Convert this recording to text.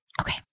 Okay